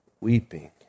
weeping